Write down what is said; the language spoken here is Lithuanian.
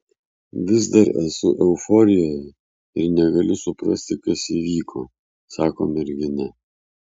vis dar esu euforijoje ir negaliu suprasti kas įvyko sako mergina